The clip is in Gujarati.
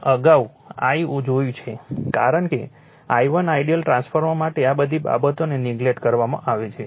મેં અગાઉ I1 જોયું છે કારણ કે I1 આઇડીઅલ ટ્રાન્સફર માટે આ બધી બાબતોને નેગલેક્ટ કરવામાં આવે છે